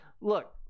look